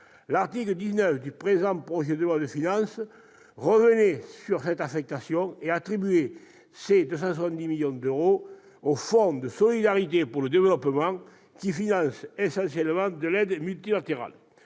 L'article 19 du présent projet de loi de finances revenait sur cette affectation et attribuait cette somme au Fonds de solidarité pour le développement, le FSD, qui finance essentiellement de l'aide multilatérale.